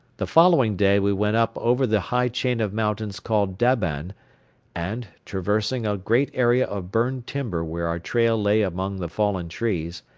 the following day we went up over the high chain of mountains called daban and, traversing a great area of burned timber where our trail lay among the fallen trees,